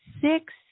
six